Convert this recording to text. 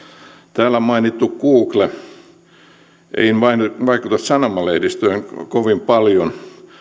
täällä mainittu google ei vaikuta sanomalehdistöön kovin paljon